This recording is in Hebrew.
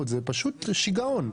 זה פשוט שיגעון.